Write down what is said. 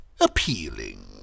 ...appealing